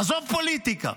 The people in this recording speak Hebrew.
עזוב פוליטיקה.